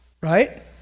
right